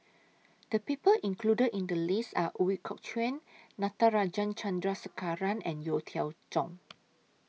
The People included in The list Are Ooi Kok Chuen Natarajan Chandrasekaran and Yeo Cheow Tong